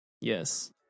Yes